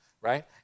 right